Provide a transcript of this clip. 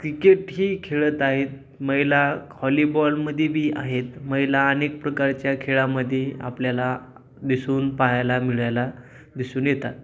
क्रिकेटही खेळत आहेत महिला हॉलीबॉलमध्ये बी आहेत महिला अनेक प्रकारच्या खेळामध्ये आपल्याला दिसून पाहायला मिळायला दिसून येतात